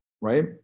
right